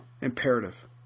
imperative